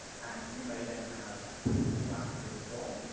and you may then have callbacks within the dom,